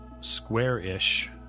square-ish